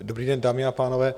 Dobrý den, dámy a pánové.